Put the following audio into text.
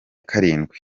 karindwi